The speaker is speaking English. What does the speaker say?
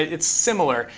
it's similar.